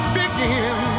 begin